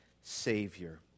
Savior